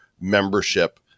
membership